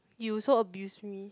you also abuse me